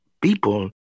people